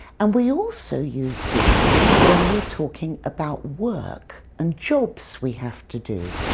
and we also use do when we're talking about work and jobs we have to do.